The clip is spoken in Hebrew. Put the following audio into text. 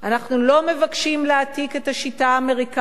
אנחנו לא מבקשים להעתיק את השיטה האמריקנית,